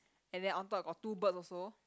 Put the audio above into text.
and then on top got two birds also